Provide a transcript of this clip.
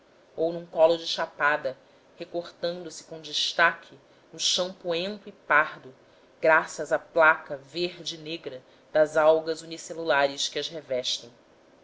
ou num colo de chapada recortando se com destaque no chão poento e pardo graças à placa verde negra das algas unicelulares que as revestem